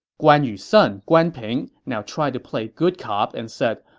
guan yu's son, guan ping, now tried to play good cop and said,